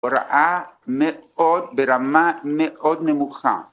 ‫הוראה ברמה מאוד נמוכה.